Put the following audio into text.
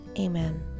Amen